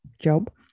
job